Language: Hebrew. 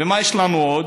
ומה יש לנו עוד?